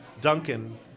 Duncan